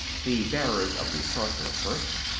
the bearers of the sorcerer first,